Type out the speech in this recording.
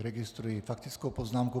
Registruji faktickou poznámku.